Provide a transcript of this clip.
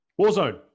Warzone